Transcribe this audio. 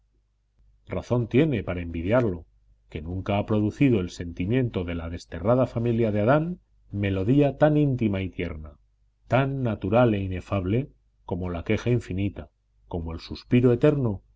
razón tiene para envidiarlo que nunca ha producido el sentimiento de la desterrada familia de adán melodía tan íntima y tierna tan natural e inefable como la queja infinita como el suspiro eterno